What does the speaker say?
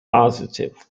positive